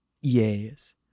Yes